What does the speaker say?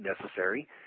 necessary